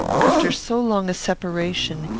after so long a separation,